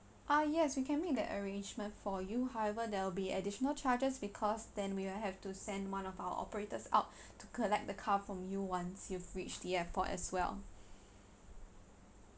ah yes we can make the arrangement for you however there will be additional charges because then we will have to send one of our operators out to collect the car from you once you reach the airport as well